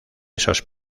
esos